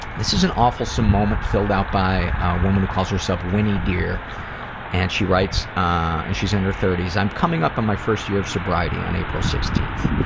this is an awfulsome moment filled out by a woman who calls herself winniedear and she writes, ah, and she's in her thirties, i'm coming up on my first year of sobriety on april sixteen.